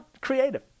creative